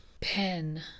pen